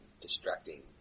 distracting